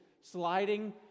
sliding